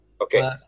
Okay